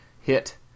hit